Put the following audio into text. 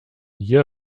hier